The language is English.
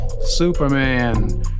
Superman